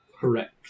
Correct